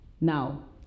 Now